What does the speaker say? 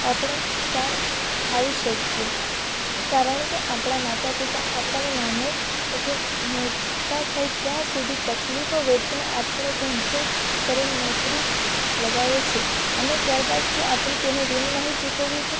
આપણે કામ આવી શકીએ કારણ કે આપણાં માતાપિતા આપણને નાનેથી મોટા થાય ત્યાં સુધી તકલીફો વેઠીને આપણું ભણતર કરી નોકરી લગાવે છે અને ત્યારબાદ જો આપણે તેનું ઋણ નહીં ચૂકવીએ તો